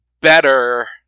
better